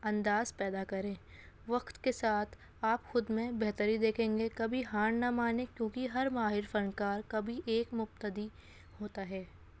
انداز پیدا کریں وقت کے ساتھ آپ خود میں بہتری دیکھیں گے کبھی ہار نہ مانیں کیونکہ ہر ماہر فنکار کبھی ایک مبتدی ہوتا ہے